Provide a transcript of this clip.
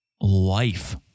life